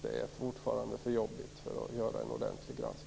Det är fortfarande för jobbigt att göra en ordentlig granskning.